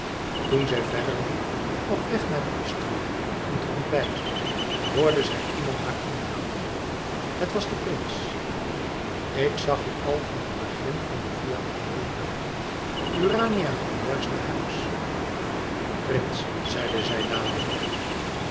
toen zij verder liep op weg naar de osteria om te ontbijten hoorde zij iemand haar inhalen het was de prins ik zag u al van het begin van de via aurora urania ging juist naar huis prins zeide zij dadelijk